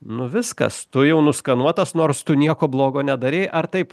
nu viskas tu jau nuskanuotas nors tu nieko blogo nedarei ar taip